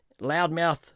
loudmouth